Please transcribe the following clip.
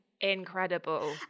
incredible